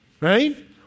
right